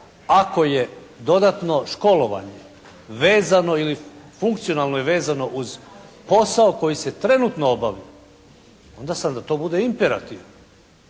ako je dodatno školovanje vezano ili funkcionalno je vezano uz posao koji se trenutno obavlja, onda sam da to bude imperativ,